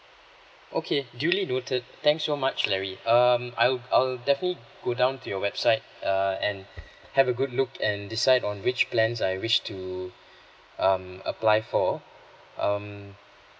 okay duly noted thanks so much larry um I'll I'll definitely go down to your website uh and have a good look and decide on which plans I wish to um apply for um